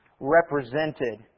represented